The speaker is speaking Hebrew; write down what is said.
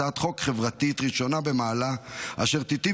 הצעת חוק חברתית ראשונה במעלה אשר תיטיב